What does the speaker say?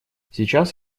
сейчас